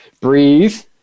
breathe